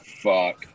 fuck